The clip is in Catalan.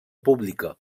pública